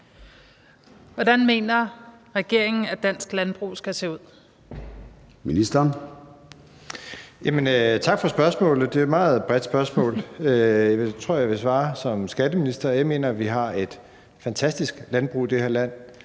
Skatteministeren (Jeppe Bruus): Tak for spørgsmålet. Det er et meget bredt spørgsmål. Jeg tror, jeg vil svare som skatteminister. Jeg mener, at vi har et fantastisk landbrug i det her land.